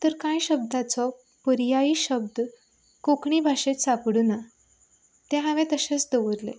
तर कांय शब्दांचो पर्यायी शब्द कोंकणी भाशेंत सांपडूना तें हांवेन तशेंच दवरलें